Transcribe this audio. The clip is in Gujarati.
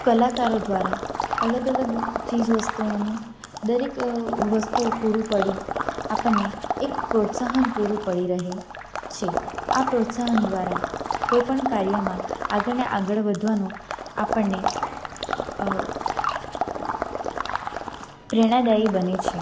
કલાકારો દ્વારા અલગ અલગ ચીજ વસ્તુઓનું દરેક વસ્તુઓ પૂરું પડી આપણને એક પ્રોત્સાહન પૂરું પડી રહે છે આ પ્રોત્સાહન દ્વારા કોઈપણ કાર્યમાં આગળને આગળ વધવાનું આપણને પ્રેરણાદાયી બને છે